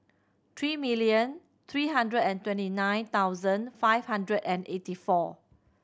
three million three hundred and twenty nine thousand five hundred and eighty four